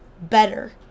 better